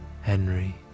Henry